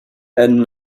and